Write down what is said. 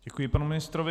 Děkuji panu ministrovi.